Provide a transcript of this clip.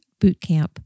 bootcamp